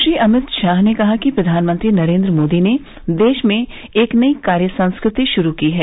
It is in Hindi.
श्री अमित शाह ने कहा कि प्रधानमंत्री नरेन्द्र मोदी ने देश में एक नई कार्य संस्कृति शुरू की है